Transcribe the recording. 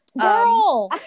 Girl